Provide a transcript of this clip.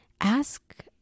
ask